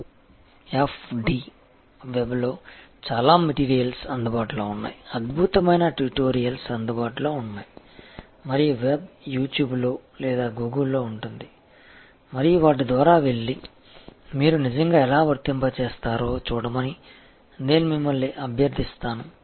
QFD వెబ్లో చాలా materials అందుబాటులో ఉన్నాయి అద్భుతమైన ట్యుటోరియల్స్ అందుబాటులో ఉన్నాయి మరియు వెబ్ యూ ట్యూబ్లో లేదా గూగుల్లో ఉంటుంది మరియు వాటి ద్వారా వెళ్లి మీరు నిజంగా ఎలా వర్తింప చేస్తారో చూడమని నేను మిమ్మల్ని అభ్యర్థిస్తాను